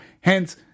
hence